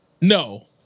No